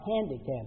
handicapped